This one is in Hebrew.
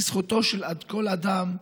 כי זכותו של כל אדם,